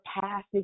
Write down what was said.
past